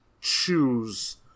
choose